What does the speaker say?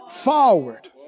forward